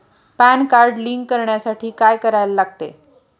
Pan card link करण्यासाठी काय करायला लागते?